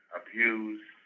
abuse